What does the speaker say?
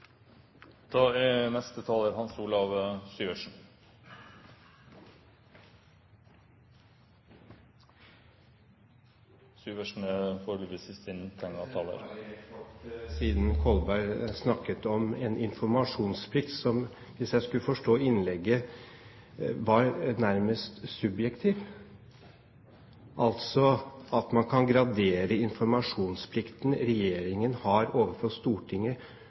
Siden Kolberg snakket om en informasjonsplikt – hvis jeg skulle forstå innlegget – som var nærmest subjektiv, altså at man kan gradere informasjonsplikten regjeringen har overfor Stortinget